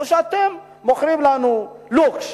או שאתם מוכרים לנו לוקש.